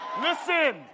Listen